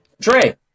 Dre